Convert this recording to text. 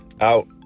out